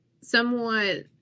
somewhat